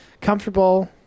comfortable